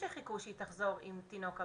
שחיכו שהיא תחזור עם תינוק הביתה.